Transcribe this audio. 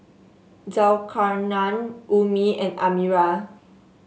Zulkarnain Ummi and Amirah